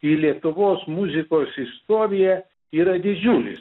į lietuvos muzikos istoriją yra didžiulis